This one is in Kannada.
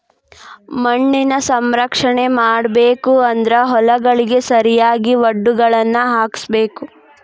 ಮಣ್ಣಿನ ಸಂರಕ್ಷಣೆ ಮಾಡಬೇಕು ಅಂದ್ರ ಹೊಲಗಳಿಗೆ ಸರಿಯಾಗಿ ವಡ್ಡುಗಳನ್ನಾ ಹಾಕ್ಸಬೇಕ